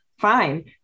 Fine